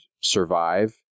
survive